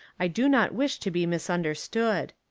i do not wish to be misunderstood.